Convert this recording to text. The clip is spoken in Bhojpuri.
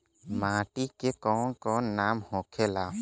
माटी के कौन कौन नाम होखे ला?